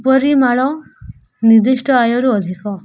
ଉପରି ମାଳ ନିର୍ଦ୍ଦିଷ୍ଟ ଆୟରୁ ଅଧିକ